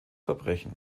verbrechen